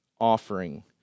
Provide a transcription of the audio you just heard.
offering